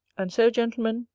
and so, gentlemen,